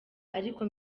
ariko